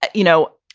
ah you know,